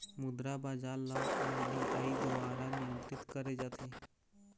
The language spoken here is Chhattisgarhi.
मुद्रा बजार ल आर.बी.आई दुवारा नियंत्रित करे जाथे